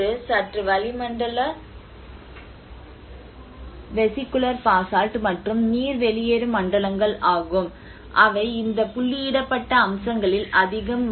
ஒன்று சற்று வளிமண்டல வெசிகுலர் பாசால்ட் மற்றும் நீர் வெளியேறும் மண்டலங்கள் ஆகும் அவை இந்த புள்ளியிடப்பட்ட அம்சங்களில் அதிகம்